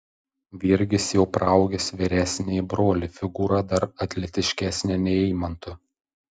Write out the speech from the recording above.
virgis jau praaugęs vyresnįjį brolį figūra dar atletiškesnė nei eimanto